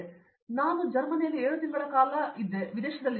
ಹಾಗಾಗಿ ನಾನು ಜರ್ಮನಿಯಲ್ಲಿ 7 ತಿಂಗಳ ಕಾಲ ವಿದೇಶದಲ್ಲಿದ್ದೆ